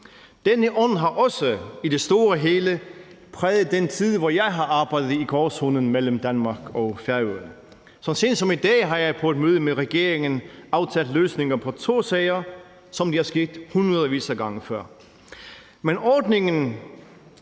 Denne ånd har også i det store hele præget den tid, hvor jeg har arbejdet i gråzonen mellem Danmark og Færøerne. Så sent som i dag har jeg på et møde med regeringen aftalt løsninger på to sager, som det er sket hundredvis af gange før.